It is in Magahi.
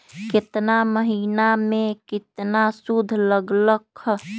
केतना महीना में कितना शुध लग लक ह?